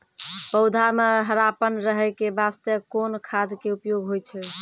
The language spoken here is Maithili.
पौधा म हरापन रहै के बास्ते कोन खाद के उपयोग होय छै?